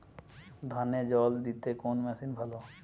ধানে জল দিতে কোন মেশিন ভালো?